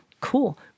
Cool